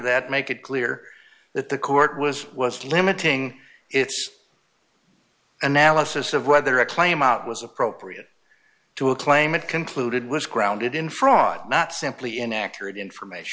that make it clear that the court was was limiting its analysis of whether a claim out was appropriate to a claim and concluded was grounded in fraud not simply inaccurate information